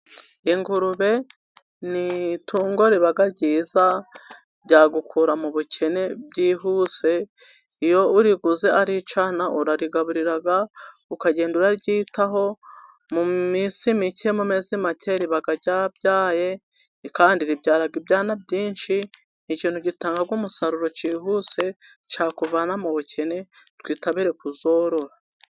Ingurube ni itungo riba ryiza ryagukura mu bukene byihuse iyo uriguze ari icyana urarigaburira ukagenda uryitaho mu minsi mike mu mezi make riba ryabyaye kandi ribyara ibyana byinshi. Ni ikintu gitanga umusaruro cyihuse cyakuvana mu bukene twitabire kuzorora.